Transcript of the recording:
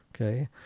okay